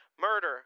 Murder